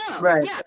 Right